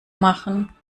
machen